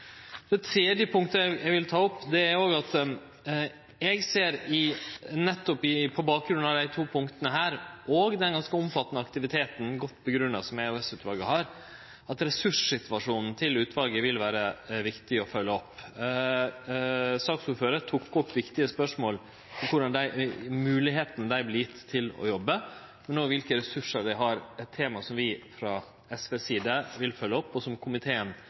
Det tredje punktet eg vil ta opp, er at eg ser, nettopp på bakgrunn av dei to punkta her og den ganske omfattande aktiviteten – godt grunngjeve – som EOS-utvalet har, at ressurssituasjonen til utvalet vil vere viktig å følgje opp. Saksordføraren tok opp viktige spørsmål om moglegheitene utvalet vert gjeve til å jobbe. Men òg kva for ressursar dei har, er tema som vi frå SVs side vil følgje opp, og som komiteen